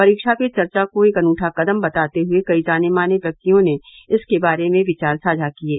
परीक्षा पे चर्चा को एक अनूठा कदम बताते हुए कई जाने माने व्यक्तियों ने इसके बारे में विचार साझा किये